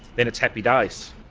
then it's happy days.